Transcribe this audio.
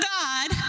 God